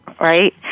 Right